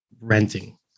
renting